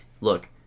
look